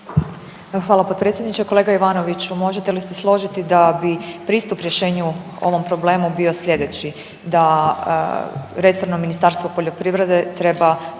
Hvala potpredsjedniče. Kolega Ivanoviću možete li se složiti da bi pristup rješenju ovom problemu bio slijedeći. Da resorno Ministarstvo poljoprivrede treba